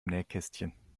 nähkästchen